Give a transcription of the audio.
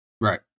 Right